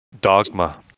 Dogma